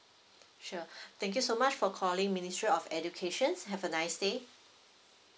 sure thank you so much for calling ministry of educations have a nice day